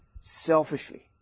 selfishly